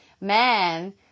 man